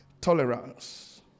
Tolerance